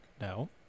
No